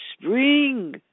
Spring